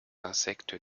insectes